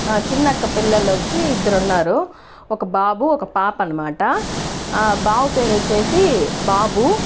చిన్నక్క పిల్లలు వచ్చి ఇద్దరున్నారు ఒక బాబు ఒక పాప అనమాట బాబు పేరు వచ్చేసి బాబు